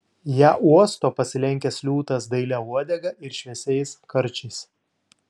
ją uosto pasilenkęs liūtas dailia uodega ir šviesiais karčiais